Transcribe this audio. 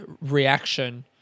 reaction